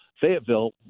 Fayetteville